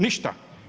Ništa.